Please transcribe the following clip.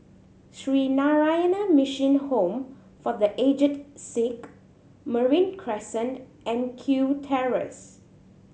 Sree Narayana Mission Home for The Aged Sick Marine Crescent and Kew Terrace